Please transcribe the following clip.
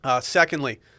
Secondly